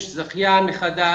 יש זכיין חדש.